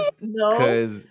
No